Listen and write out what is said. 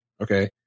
Okay